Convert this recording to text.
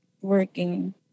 working